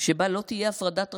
שבה לא תהיה הפרדת רשויות.